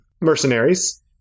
mercenaries